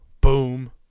boom